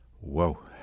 Whoa